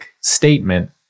statement